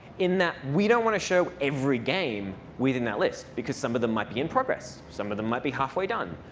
in that we don't want to show every game within that list. because some of them might be in progress. some of them might be halfway done.